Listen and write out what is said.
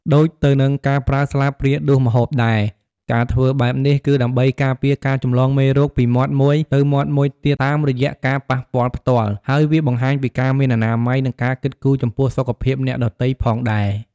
ដូចទៅនឹងការប្រើស្លាបព្រាដួសម្ហូបដែរ ការធ្វើបែបនេះគឺដើម្បីការពារការចម្លងមេរោគពីមាត់មួយទៅមាត់មួយទៀតតាមរយៈការប៉ះពាល់ផ្ទាល់ ហើយវាបង្ហាញពីការមានអនាម័យ និងការគិតគូរចំពោះសុខភាពអ្នកដទៃផងដែរ។